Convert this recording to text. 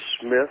Smith